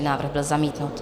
Návrh byl zamítnut.